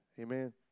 Amen